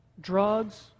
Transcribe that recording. drugs